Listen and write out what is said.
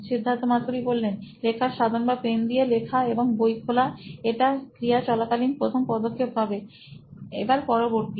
সিদ্ধার্থ মাতু রি সি ই ও নোইন ইলেক্ট্রনিক্স লেখার সাধন বা পেন দিয়ে লেখা এবং বই খোলা এটা ক্রিয়া চলাকালীন প্রথম পদক্ষেপ হবে এবার পরবর্তী